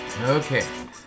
Okay